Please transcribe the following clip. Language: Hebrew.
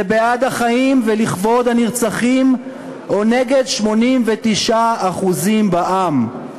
זה בעד החיים ולכבוד הנרצחים או נגד 89% בעם.